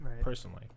personally